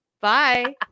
Bye